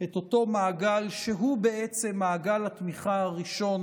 את אותו מעגל, שהוא בעצם מעגל התמיכה הראשון